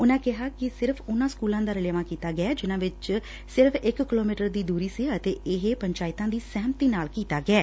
ਉਨੂਂ ਕਿਹਾ ਕਿ ਸਿਰਫ ਉਨੂਂ ਸਕੁਲਾਂ ਦਾ ਰਲੇਵਾਂ ਕੀਤਾ ਗਿਐ ਜਿਨੂਂ ਚ ਸਿਰਫ ਇਕ ਕਿਲੋਮੀਟਰ ਦੀ ਦੂਰੀ ਸੀ ਅਤੇ ਇਹ ਪੰਚਾਇਤਾ ਦੀ ਸਹਿਮਤੀ ਨਾਲ ਕੀਤਾ ਗਿਐ